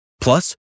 Plus